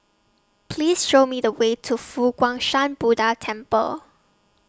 Please Show Me The Way to Fo Guang Shan Buddha Temple